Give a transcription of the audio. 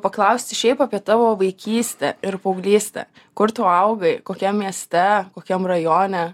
paklausti šiaip apie tavo vaikystę ir paauglystę kur tu augai kokiam mieste kokiam rajone